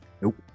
nope